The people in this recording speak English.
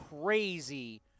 crazy